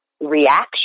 reaction